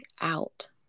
out